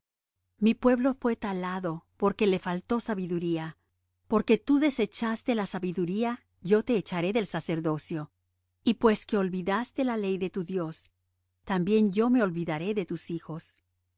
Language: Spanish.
mi pueblo fué talado porque le faltó sabiduría porque tú desechaste la sabiduría yo te echaré del sacerdocio y pues que